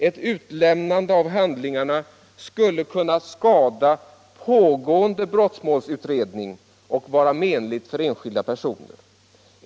Ett utlämnande av handlingarna skulle kunna skada pågående brottmålsutredning och vara menligt för enskilda personer.